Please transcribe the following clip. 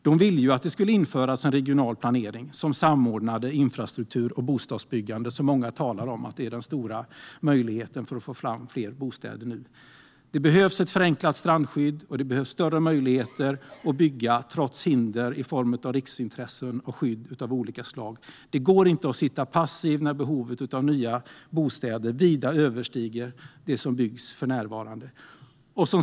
De ville att det skulle införas en regional planering som samordnar infrastruktur och bostadsbyggande - det som många talar om som den stora möjligheten för att få fram fler bostäder. Det behövs ett förenklat strandskydd, och det behövs större möjligheter att bygga, trots hinder i form av riksintressen och skydd av olika slag. Det går inte att sitta passiv när behovet av nya bostäder vida överstiger det antal som för närvarande byggs.